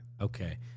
Okay